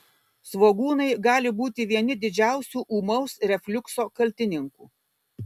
svogūnai gali būti vieni didžiausių ūmaus refliukso kaltininkų